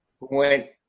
went